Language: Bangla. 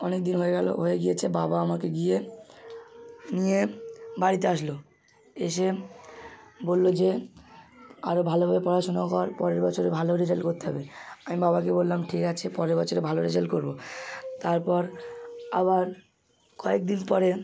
অনেক দিন হয়ে গেল হয়ে গিয়েছে বাবা আমাকে গিয়ে নিয়ে বাড়িতে আসল এসে বলল যে আরো ভালোভাবে পড়াশুনো কর পরের বছরে ভালো রেজাল্ট করতে হবে আমি বাবাকে বললাম ঠিক আছে পরের বছরে ভালো রেজাল্ট করব তারপর আবার কয়েক দিন পরে